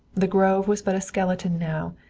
the grove was but a skeleton now,